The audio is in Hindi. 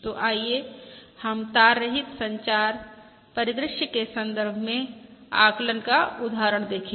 तो आइए हम तार रहित संचार परिदृश्य के संदर्भ में आकलन का उदाहरण देखें